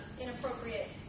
inappropriate